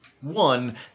one